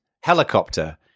helicopter